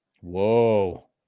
Whoa